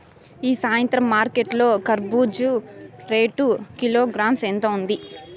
ఈ సాయంత్రం మార్కెట్ లో కర్బూజ రేటు కిలోగ్రామ్స్ ఎంత ఉంది?